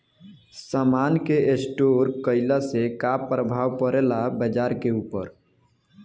समान के स्टोर काइला से का प्रभाव परे ला बाजार के ऊपर?